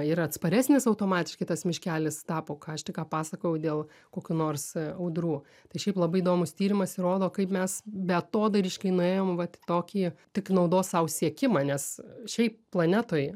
ir atsparesnis automatiškai tas miškelis tapo ką aš tik ką papasakojau dėl kokių nors audrų tai šiaip labai įdomus tyrimas ir rodo kaip mes beatodairiškai nuėjom vat į tokį tik naudos sau siekimą nes šiaip planetoj